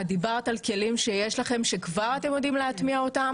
את דיברת על כלים שיש לכם שאתם כבר יודעים להטמיע אותם